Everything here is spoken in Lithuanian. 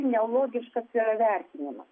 nelogiškas yra vertinimas